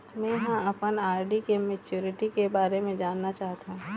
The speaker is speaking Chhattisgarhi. में ह अपन आर.डी के मैच्युरिटी के बारे में जानना चाहथों